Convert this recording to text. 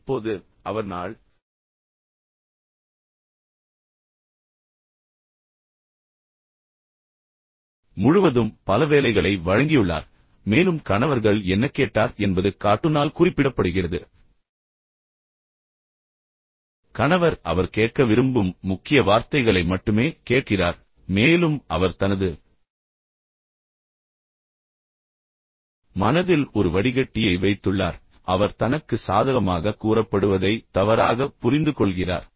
இப்போது அவர் நாள் முழுவதும் பல வேலைகளை வழங்கியுள்ளார் மேலும் கணவர்கள் என்ன கேட்டார் என்பது கார்ட்டூனால் குறிப்பிடப்படுகிறது கணவர் அவர் கேட்க விரும்பும் முக்கிய வார்த்தைகளை மட்டுமே கேட்கிறார் மேலும் அவர் தனது மனதில் ஒரு வடிகட்டியை வைத்துள்ளார் பின்னர் அவர் தனக்கு சாதகமாக கூறப்படுவதை தவறாக புரிந்துகொள்கிறார்